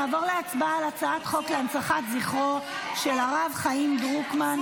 נעבור להצבעה על הצעת חוק להנצחת זכרו של הרב חיים דרוקמן,